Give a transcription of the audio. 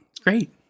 great